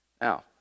Now